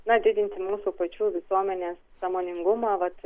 na didinti mūsų pačių visuomenės sąmoningumą vat